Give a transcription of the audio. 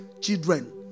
children